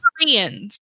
Koreans